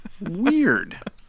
weird